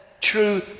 true